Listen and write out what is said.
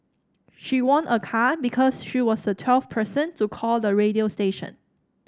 she won a car because she was the twelfth person to call the radio station